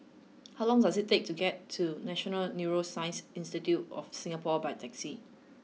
how long does it take to get to National Neuroscience Institute of Singapore by taxi